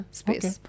space